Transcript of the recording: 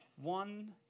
One